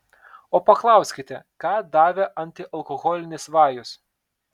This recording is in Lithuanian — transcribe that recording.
o paklauskite ką davė antialkoholinis vajus